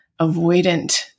avoidant